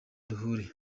duhure